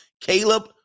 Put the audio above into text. Caleb